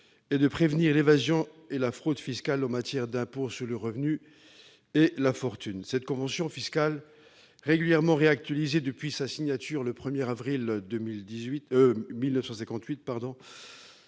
et de prévenir l'évasion et la fraude fiscales en matière d'impôt sur le revenu et la fortune. Cette convention fiscale, régulièrement réactualisée depuis sa signature le 1 avril 1958,